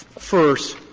first,